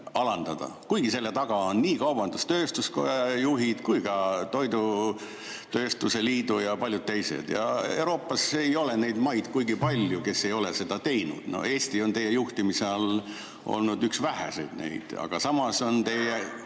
alandamisele, kuigi selle taga on nii kaubandus-tööstuskoja kui ka toiduainetööstuse liidu ja paljude teiste juhid. Euroopas ei ole neid maid kuigi palju, kes ei ole seda teinud. Eesti on teie juhtimise all olnud üks väheseid, aga samas on teie